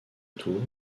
tour